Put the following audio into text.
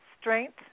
strength